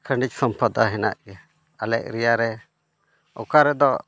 ᱠᱷᱟᱹᱞᱤ ᱥᱚᱢᱯᱚᱫᱟᱜ ᱢᱮᱱᱟᱜ ᱜᱮᱭᱟ ᱟᱞᱮ ᱮᱨᱤᱭᱟ ᱨᱮ ᱚᱠᱟ ᱨᱮᱫᱚ